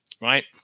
Right